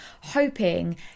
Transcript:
hoping